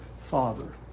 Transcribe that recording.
Father